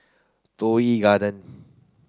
Toh Yi Garden